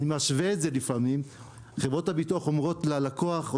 אני משווה את זה לפעמים - חברות הביטוח אומרות ללקוח: